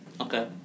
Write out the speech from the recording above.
okay